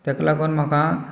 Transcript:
ताका लागून म्हाका